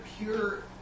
pure